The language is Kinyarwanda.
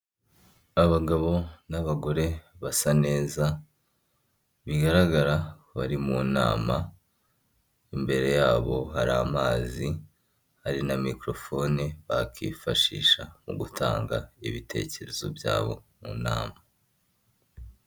Itangazo ry'inama ikomeye izaba iri kuvuga kubirebana n'ikoranabuhanga; izabera i Kigali mu rwanda ku itariki makumyabiri n'enye kugeza makumyabiri n'esheshatu gashyantare bibiri na makumyabiri na gatanu, rikaba ryashyizwe hanze n'ikigo cy'imyuga gikunze kwitwa RDB.